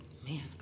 Man